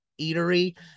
eatery